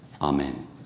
Amen